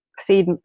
Feed